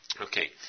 Okay